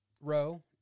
row